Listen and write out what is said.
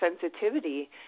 sensitivity